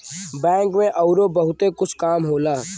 bank में अउरो बहुते कुछ काम होला